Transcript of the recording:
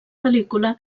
pel·lícula